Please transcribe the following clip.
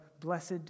blessed